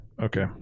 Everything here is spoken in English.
Okay